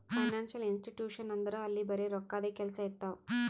financial institution ಅಂದುರ್ ಅಲ್ಲಿ ಬರೆ ರೋಕ್ಕಾದೆ ಕೆಲ್ಸಾ ಇರ್ತಾವ